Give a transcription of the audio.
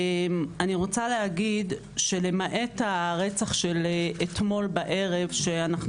אני רוצה להגיד שלמעט הרצח של אתמול בערב שאנחנו